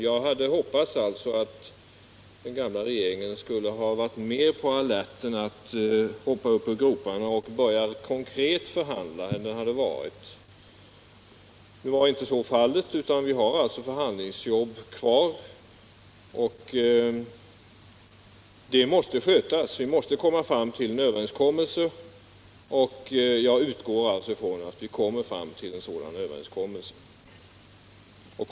Jag hade hoppats att den gamla regeringen skulle ha varit mer på alerten när det gällt att sätta i gång förhandlingar. Nu var den inte det, och vi har därför förhandlingsarbete kvar, som måste skötas. Man måste nå fram till en överenskommelse på detta område, och jag utgår från att vi skall lyckas med detta.